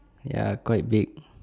ya quite big